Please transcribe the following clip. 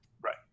right